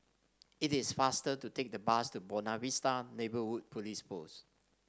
it is faster to take the bus to Buona Vista Neighbourhood Police Post